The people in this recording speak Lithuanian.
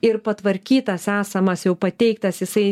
ir patvarkytas esamas jau pateiktas jisai